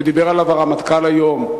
ודיבר עליו הרמטכ"ל היום.